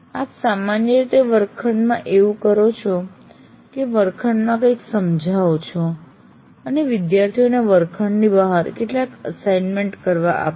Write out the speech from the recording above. આપ સામાન્ય રીતે વર્ગખંડમાં એવું કરો છો કે વર્ગખંડમાં કંઈક સમજાવો છો અને વિદ્યાર્થીઓને વર્ગખંડની બહાર કેટલાક અસાઈનમેન્ટ કરવા માટે આપો છો